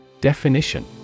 Definition